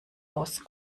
aus